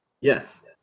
Yes